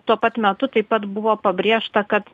tuo pat metu taip pat buvo pabrėžta kad